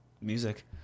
music